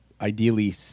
ideally